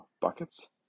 Buckets